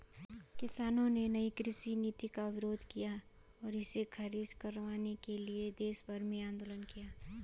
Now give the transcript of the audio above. किसानों ने नयी कृषि नीति का विरोध किया और इसे ख़ारिज करवाने के लिए देशभर में आन्दोलन किया